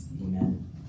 Amen